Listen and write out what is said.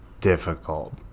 difficult